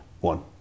One